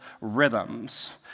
rhythms